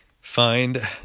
find